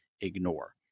ignore